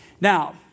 Now